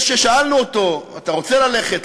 זה ששאלנו אותו: אתה רוצה ללכת?